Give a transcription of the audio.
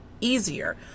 easier